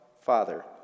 Father